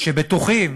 שבטוחים